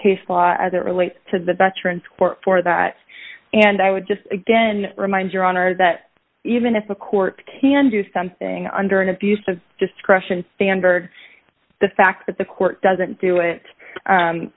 case law as it relates to the veterans court for that and i would just again remind your honor that even if a court can do something under an abuse of discretion standard the fact that the court doesn't do it